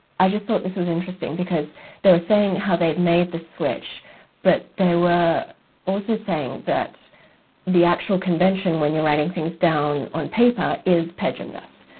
i just thought this was interesting, because they were saying how they made the switch but they were also saying that the actual convention when you're writing things down on paper is pejmdas.